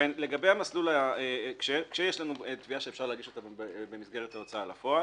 לגבי המסלול כשיש לנו תביעה שאפשר להגיש אותה במסגרת הוצאה לפועל,